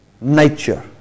nature